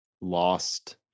lost